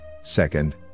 second